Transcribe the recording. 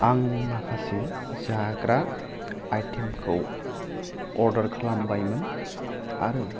आं माखासे जाग्रा आइटेमखौ अर्दार खालामबायमोन आरो